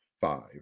five